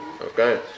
Okay